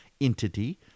entity